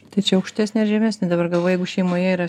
tai čia aukštesnė ar žemesnė dabar galvoju jeigu šeimoje yra